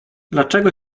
dlaczego